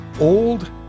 Old